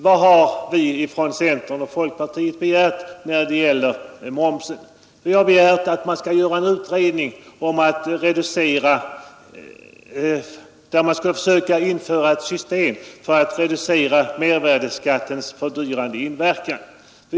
Vad har vi från centern och folkpartiet begärt när det gäller momsen? Vi har begärt att man skall utreda olika alternativa system för att reducera mervärdeskattens fördyrande inverkan på viktiga livsmedel.